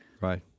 Right